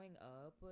up